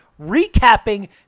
recapping